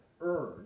earned